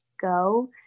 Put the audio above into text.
go